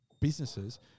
businesses